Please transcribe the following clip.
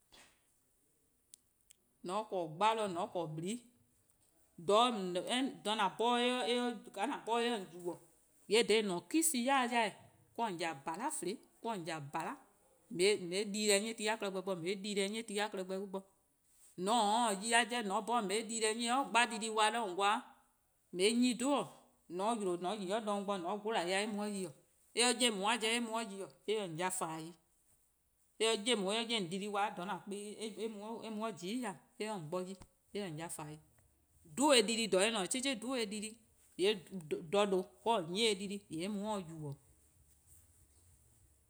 :Mor :on 'ble 'gbalor :on 'ble :blii', :ka :an 'bhorn-a eh 'ye-a :on yubo:, :yee' dha :an-a' kitchen ybei'-a 'yor-eh 'do :on :ya :bhala' fluh+, "on :ya :bhala 'de :on 'ye eh dii-deh 'nyi ti-a klehkpeh bo, :on 'ye eh dii-deh 'nyi ti-a klehkpeh bo, :mor :on :taa 'de yi-a 'jeh 'de :an 'bhorn :on 'ye-eh dii-deh+ 'nyi 'gba dii-deh 'kwa 'de :on 'kwa :on 'ye-eh 'nyene-dih 'dhu-dih, :mor :on 'yle :on nyni 'o 'gbu-worn: :gwie' :mor :on gola:-dih eh mu 'de :yi, :mor eh 'ye on-a 'jeh eh mu 'de :yi eh :se-' :on :ple 'i, :mor eh 'ye on eh 'ye :on dii-deh+ 'kwa dha :an kpa-a eh mu 'de :jiin' :ya eh 'ye 'o :on bo yi eh :se-' :on :ple 'i, 'dhu-dih-eh dii-deh+ :dh a eh :ne-dih-a 'cheh, 'cheh 'dhu-dih-eh dii-deh+, :yee' :dha :due' 'do :wor :on 'nyi-dih-eh dii-deh+ :yee' eh mu 'o doh yubo: